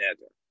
nether